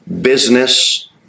business